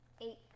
Eight